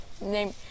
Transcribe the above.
name